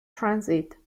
transit